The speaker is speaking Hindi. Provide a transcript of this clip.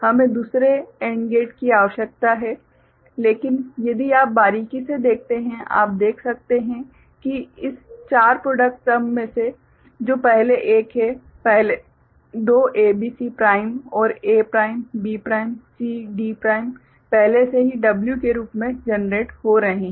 हमें दूसरे AND गेट की आवश्यकता है लेकिन यदि आप बारीकी से देखते हैं आप देख सकते हैं कि इस चार प्रॉडक्ट टर्म में से जो पहले एक हैं पहले दो ABC प्राइम और A prime B prime C D prime पहले से ही W के रूप में जनरेट हो रहे हैं